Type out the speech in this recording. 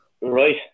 Right